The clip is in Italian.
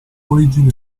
origine